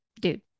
dude